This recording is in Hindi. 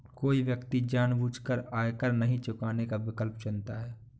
कोई व्यक्ति जानबूझकर आयकर नहीं चुकाने का विकल्प चुनता है